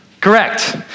Correct